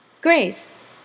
Grace